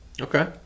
Okay